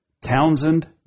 Townsend